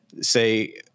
say